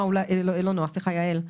יעל,